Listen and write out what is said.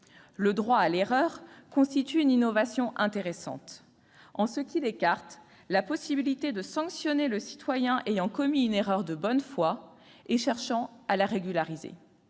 Le droit à l'erreur constitue une innovation intéressante en ce qu'il écarte la possibilité de sanctionner le citoyen ayant commis une erreur de bonne foi et cherchant à la régulariser.